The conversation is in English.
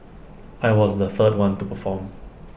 I was the third one to perform